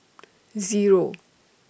Zero